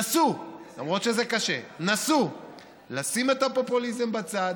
נסו, למרות שזה קשה, נסו לשים את הפופוליזם בצד